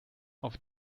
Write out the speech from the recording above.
auf